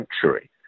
century